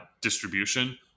distribution